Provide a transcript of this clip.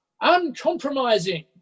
uncompromising